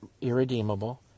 irredeemable